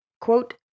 quote